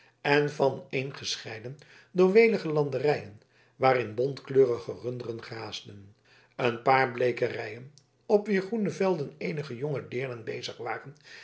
en vaneengescheiden door welige landerijen waarin bontkleurige runderen graasden een paar bleekerijen op wier groene velden eenige jonge deernen bezig waren